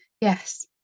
Yes